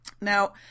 Now